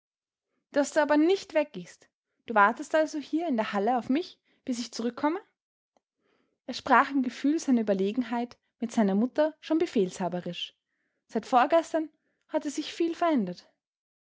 daß du aber nicht weggehst du wartest also hier in der hall auf mich bis ich zurückkomme er sprach im gefühl seiner überlegenheit mit seiner mutter schon befehlshaberisch seit vorgestern hatte sich viel verändert